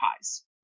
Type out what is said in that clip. Pies